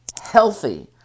healthy